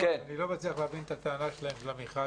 אני לא מצליח להבין את הטענה שלהם על המכרז.